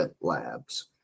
Labs